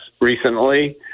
recently